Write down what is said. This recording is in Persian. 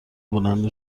بلند